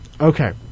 Okay